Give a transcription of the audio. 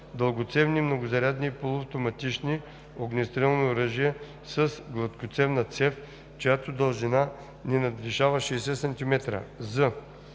дългоцевни многозарядни и полуавтоматични огнестрелни оръжия с гладкостенна цев, чиято дължина не надвишава 60 см;